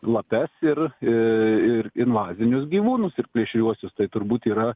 lapes ir aaa ir invazinius gyvūnus ir plėšriuosius tai turbūt yra